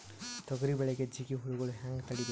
ತೊಗರಿ ಬೆಳೆಗೆ ಜಿಗಿ ಹುಳುಗಳು ಹ್ಯಾಂಗ್ ತಡೀಬೇಕು?